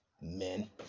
men